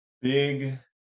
big